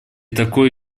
такой